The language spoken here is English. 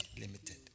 limited